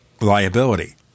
liability